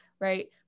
right